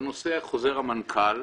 בנושא חוזר המנכ"ל,